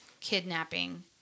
kidnapping